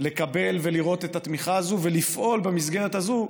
לקבל ולראות את התמיכה הזו, לפעול במסגרת הזו,